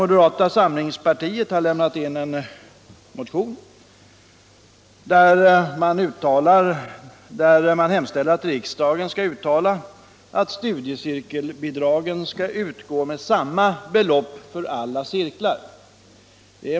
Moderata samlingspartiet har ju lämnat in en motion, 1975/76:2020, där man hemställer att riksdagen skall uttala att studiecirkelbidragen skall utgå med samma belopp för alla cirklar.